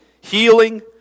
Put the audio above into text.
Healing